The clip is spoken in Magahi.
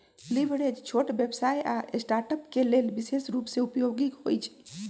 लिवरेज छोट व्यवसाय आऽ स्टार्टअप्स के लेल विशेष रूप से उपयोगी होइ छइ